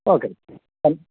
okay